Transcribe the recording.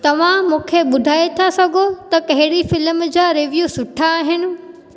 तव्हां मूंखे ॿुधाइ था सघो त कहिड़ी फ़िल्म जा रिव्यू सुठा आहिनि